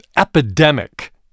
epidemic